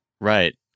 Right